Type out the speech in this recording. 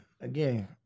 Again